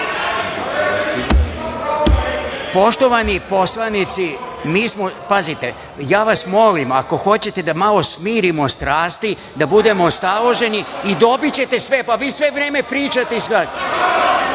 Poštovani poslanici mi smo, pazite, ja vas molim ako hoćete da molo smirimo strasti, da budemo staloženi i dobićete sve, pa vi sve vreme pričate. Došla